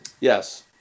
yes